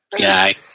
guy